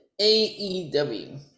AEW